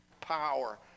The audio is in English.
power